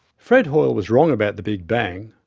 fred hoyle was wrong about the big bang,